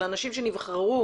של אנשים שנבחרו,